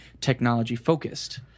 technology-focused